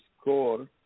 score